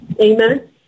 Amen